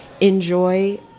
enjoy